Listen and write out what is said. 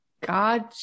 God